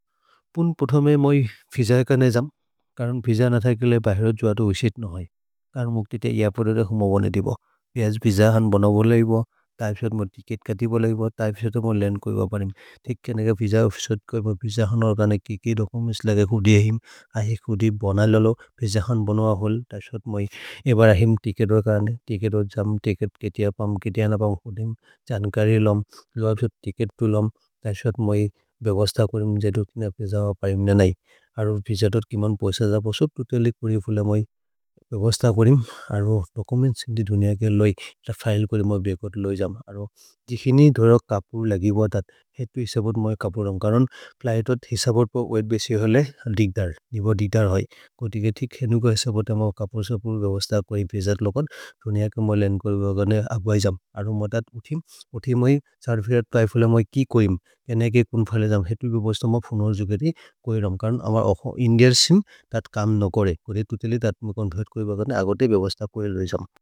पुन् प्रोथोमे मै फिजाकने जम्, करुन् फिज न थैकेले बहेर जोअतो उसित् नहि, करुन् मुक्तिते यपरेर हुमो बनेदिब। प्यज् फिजाहन् बनो बोलैब, तैफिसोद् मै तिकेत् कति बोलैब, तैफिसोद् मै लन् कोइब परिम्। तेक् केनेग फिजाफिसोद् कोइ, मै फिजाहन् ओर्गने केके दोकुमे स्लगे हुदि अहिम्, अहेक् हुदि बन ललो। फिजाहन् बनो अहोल्, तसोद् मै। एबर् अहिम् तिकेत् ओर्गने, तिकेत् ओर्जम्, तिकेत् केतिअ पम्, केतिअ न पम् होदिम्, जन्करि लम्। लफ्जो तिकेत् तुलम्, तसोद् मै बेबस्त करिम्, जैतो तिने फिजाहो परिम् न नहि। अरो फिजातोत् केमन् पौस ज बसोद्, तुतेलि करि फुले मै बेबस्त करिम्। अरो दोकुमे स्लगे हुदि दुनिय के लै, त फिले करि मै बेकर् लै जम्। अरो जिकिनि धोरक् कपुर् लगि ब तत्, हेतु इसबोद् मै कपुर् हम्, करुन्। फ्लयेतोत् इसबोद् प, ओएद् बेसि होले, दिग्दर्, नेब दिग्दर् है। कोतिगे तिक् हेनु को इसबोद मै कपुर् सपुर् बेबस्त करिम्, फिजात् लोकन्।